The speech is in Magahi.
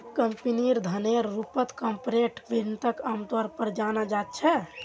कम्पनीर धनेर रूपत कार्पोरेट वित्तक आमतौर पर जाना जा छे